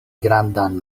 grandan